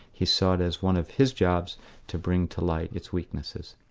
he saw it as one of his jobs to bring to light its weaknesses.